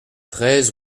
treize